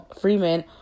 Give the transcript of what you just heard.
Freeman